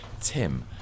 Tim